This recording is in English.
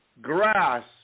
grass